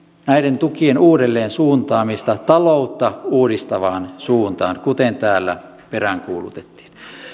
näiden tukien uudelleensuuntaamista taloutta uudistavaan suuntaan kuten täällä peräänkuulutettiin